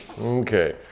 Okay